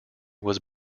was